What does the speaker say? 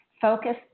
Focus